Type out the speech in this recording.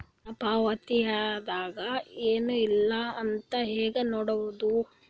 ನನ್ನ ಪಾವತಿ ಆಗ್ಯಾದ ಏನ್ ಇಲ್ಲ ಅಂತ ಹೆಂಗ ನೋಡುದು?